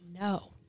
No